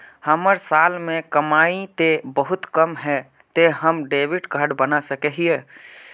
हमर साल के कमाई ते बहुत कम है ते हम डेबिट कार्ड बना सके हिये?